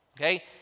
Okay